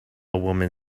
woman